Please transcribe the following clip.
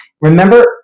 Remember